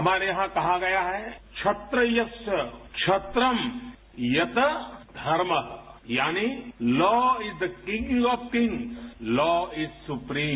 हमारे यहां कहा गया है कि क्षत्रीय क्षत्रम यत धर्मा यानि law is the kings of kings law is supreme